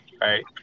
right